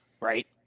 Right